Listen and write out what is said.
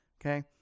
Okay